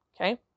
Okay